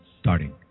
starting